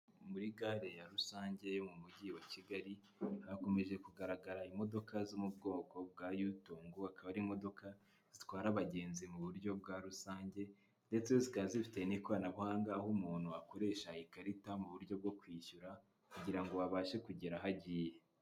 Muri gare ya rusange yo mu mujyi wa Kigali. Hakomeje kugaragara imodoka zo mu bwoko bwa yutongo akaba ari imodoka, zitwara abagenzi mu buryo bwa rusange, ndetse zikaba zifite n'ikoranabuhanga aho umuntu akoresha ikarita mu buryo bwo kwishyura kugirango abashe kugera aho agiye